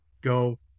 go